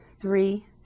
three